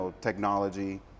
technology